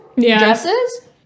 dresses